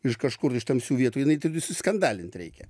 iš kažkur iš tamsių vietų jinai visus skandalint reikia